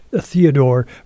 Theodore